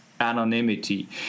anonymity